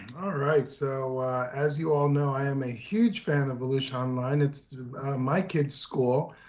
all right. so as you all know, i am a huge fan of volusia online. it's my kids' school,